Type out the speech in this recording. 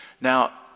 Now